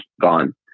gone